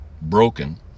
broken